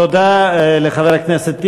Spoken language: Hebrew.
תודה לחבר הכנסת טיבי.